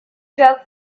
jerk